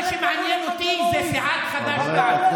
מה שמעניין אותי זה סיעת חד"ש-תע"ל.